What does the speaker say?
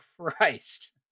Christ